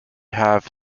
have